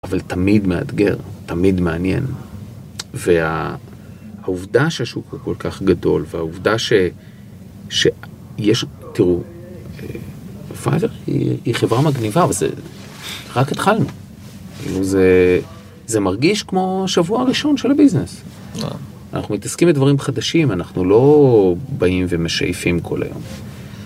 אבל תמיד מאתגר, תמיד מעניין. וה... העובדה שהשוק הוא כל כך גדול, והעובדה ש.. שיש, תראו, פייבר היא היא חברה מגניבה, וזה... רק התחלנו. זה... זה מרגיש כמו השבוע הראשון של הביזנס. אנחנו מתעסקים בדברים חדשים, אנחנו לא... באים ומשייפים כל היום.